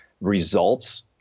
results